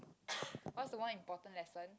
what's the one important lesson